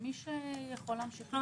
ומי שיכול להמשיך ללמוד --- זאת